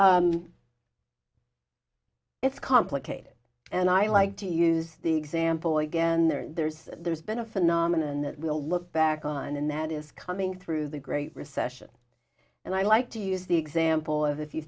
care it's complicated and i like to use the example again there's there's been a phenomenon that we all look back on and that is coming through the great recession and i like to use the example of if you